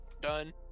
done